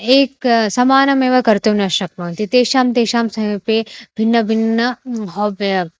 एकं समानमेव कर्तुं न शक्नुवन्ति तेषां तेषां समीपे भिन्नभिन्न हाबि